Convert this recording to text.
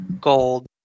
gold